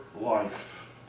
life